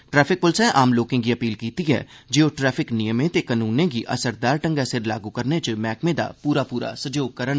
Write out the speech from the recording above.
traffic पुलसै आम लोकें गी अपील कीती ऐ जे ओह ट्रैफिक नियमें ते कानूनें गी असरदार ढंग्गै सिर लागू करने च मैहकमे दा सैहयोग करन